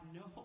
no